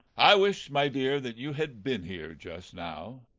i wish, my dear, that you had been here just now.